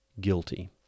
guilty